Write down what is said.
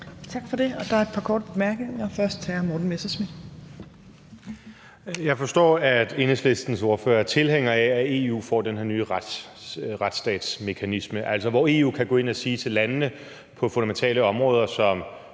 Tak for det. Der er et par korte bemærkninger og først til hr. Morten Messerschmidt. Kl. 18:13 Morten Messerschmidt (DF): Jeg forstår, at Enhedslistens ordfører er tilhænger af, at EU får den her nye retsstatsmekanisme, altså, hvor EU kan gå ind og sige til landene på fundamentale områder som